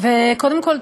קודם כול,